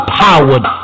powered